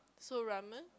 so ramen